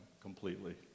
completely